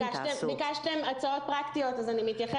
ביקשתם הצעות פרקטיות, אז אני מתייחסת.